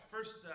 First